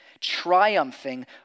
triumphing